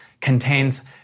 contains